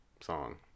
song